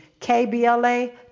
kbla